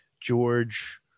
George